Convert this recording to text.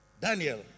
Daniel